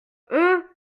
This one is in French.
eux